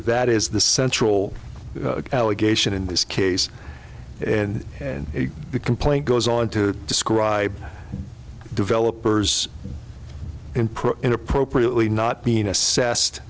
that is the central allegation in this case and and the complaint goes on to describe developers and put in appropriately not being assessed